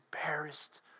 embarrassed